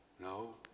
No